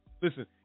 Listen